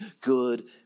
good